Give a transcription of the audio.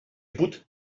put